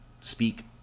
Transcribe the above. speak